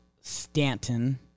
Stanton